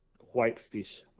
Whitefish